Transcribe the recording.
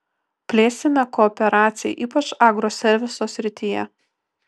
plėsime kooperaciją ypač agroserviso srityje